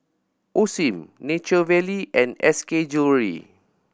Osim Nature Valley and S K Jewellery